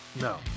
No